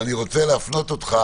אני רוצה להפנות אותך